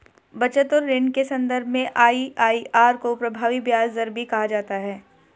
बचत और ऋण के सन्दर्भ में आई.आई.आर को प्रभावी ब्याज दर भी कहा जाता है